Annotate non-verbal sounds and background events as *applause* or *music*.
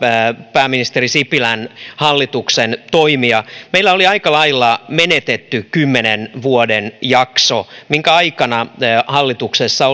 pääministeri sipilän hallituksen toimia meillä oli aika lailla menetetty kymmenen vuoden jakso minkä aikana hallituksessa *unintelligible*